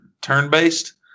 turn-based